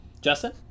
Justin